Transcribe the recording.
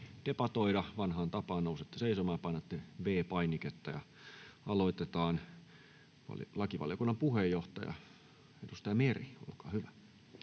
vanhaan tapaan nousette seisomaan ja painatte V-painiketta. — Ja aloitetaan, lakivaliokunnan puheenjohtaja, edustaja Meri, olkaa hyvä.